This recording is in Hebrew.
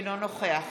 אינו נוכח